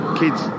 kids